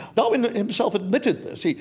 darwin himself admitted this.